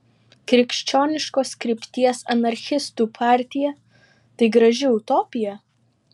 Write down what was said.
krikščioniškos krypties anarchistų partija tai graži utopija